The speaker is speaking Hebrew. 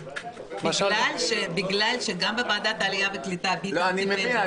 בגלל שגם בוועדת העלייה והקליטה ביטן טיפל בנושא --- אני מבין,